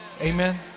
Amen